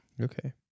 Okay